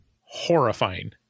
Horrifying